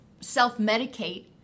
self-medicate